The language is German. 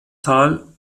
tal